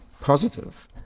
positive